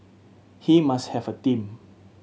he must have a team